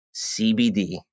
CBD